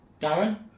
Darren